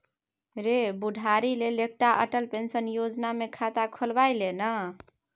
रे बुढ़ारी लेल एकटा अटल पेंशन योजना मे खाता खोलबाए ले ना